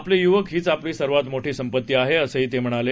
आपले युवक हीच आपली सर्वात मोठी संपत्ती आहे असं ते म्हणाले